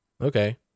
okay